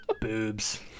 Boobs